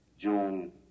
June